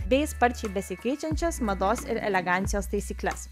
bei sparčiai besikeičiančias mados ir elegancijos taisykles